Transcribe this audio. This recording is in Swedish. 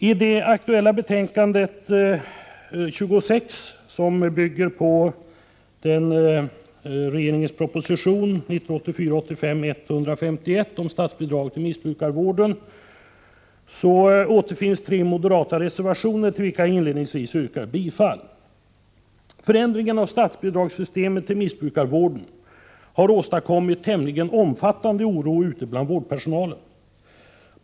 I det aktuella betänkandet 26, som bygger på regeringens proposition 1984/85:151 om statsbidrag till missbrukarvård, återfinns tre moderata reservationer, till vilka jag inledningsvis yrkar bifall. Förändringen av systemet med statsbidrag till missbrukarvården har åstadkommit tämligen omfattande oro ute bland vårdpersonalen.